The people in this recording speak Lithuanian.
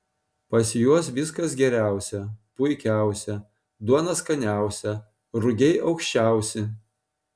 pas juos viskas geriausia puikiausia duona skaniausia rugiai aukščiausi